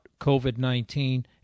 COVID-19